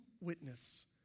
witness